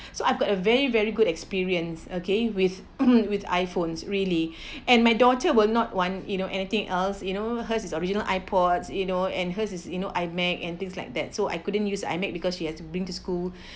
so I've got a very very good experience okay with with iphones really and my daughter will not want you know anything else you know hers is original iPods you know and hers is you know iMac and things like that so I couldn't use iMac because she has to bring to school